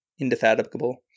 Indefatigable